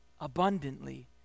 abundantly